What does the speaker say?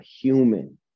human